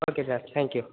okay sir thank you